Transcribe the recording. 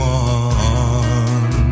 one